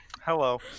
Hello